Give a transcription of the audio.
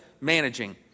managing